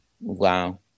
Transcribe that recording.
Wow